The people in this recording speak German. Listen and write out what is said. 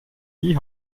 die